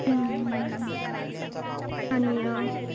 आणि